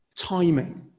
timing